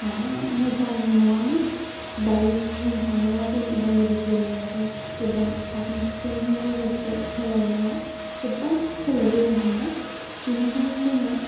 मोजां नङामोन दायो बुंनो थाङोब्ला जों उदालगुरी जिल्लायाबो गोबां साखोन सिखोनजों लोगोसे सोलायनाया गोबां सोलायबोनो हमबाय बेनिखायनो जोङो